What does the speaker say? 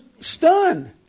stunned